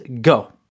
go